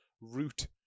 root